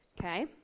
Okay